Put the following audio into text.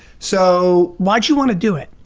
so why'd you want to do it?